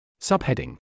Subheading